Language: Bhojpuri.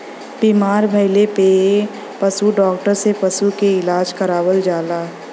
बीमार भइले पे पशु डॉक्टर से पशु के इलाज करावल जाला